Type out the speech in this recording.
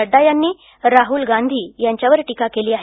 नड्डा यांनी राहुल गांधी यांच्यावर टीका केली आहे